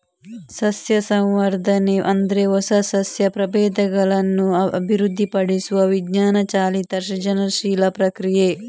ಸಸ್ಯ ಸಂವರ್ಧನೆ ಅಂದ್ರೆ ಹೊಸ ಸಸ್ಯ ಪ್ರಭೇದಗಳನ್ನ ಅಭಿವೃದ್ಧಿಪಡಿಸುವ ವಿಜ್ಞಾನ ಚಾಲಿತ ಸೃಜನಶೀಲ ಪ್ರಕ್ರಿಯೆ